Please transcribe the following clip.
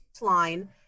line